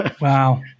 Wow